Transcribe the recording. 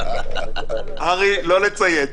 אלי אבידר הציג